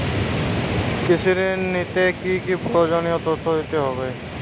কৃষি ঋণ নিতে কি কি প্রয়োজনীয় তথ্য দিতে হবে?